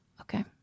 Okay